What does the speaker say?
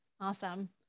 Awesome